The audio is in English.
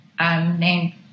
Named